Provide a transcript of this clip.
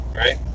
right